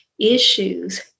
issues